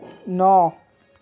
ন